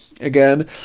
again